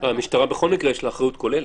למשטרה בכל מקרה יש אחריות כוללת.